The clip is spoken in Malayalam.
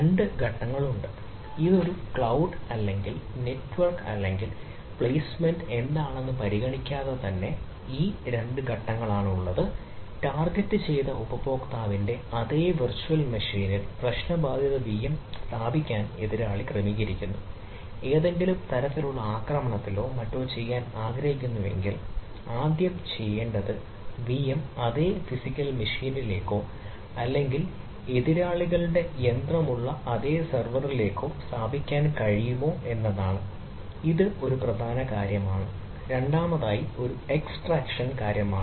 രണ്ട് ഘട്ടങ്ങളുണ്ട് ഇത് ഒരു ക്ളൌഡ് അല്ലെങ്കിൽ നെറ്റ്വർക്ക് അല്ലെങ്കിൽ പ്ലേസ്മെൻറ് കാര്യമാണ്